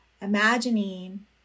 imagining